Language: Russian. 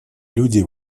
люди